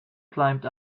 climbed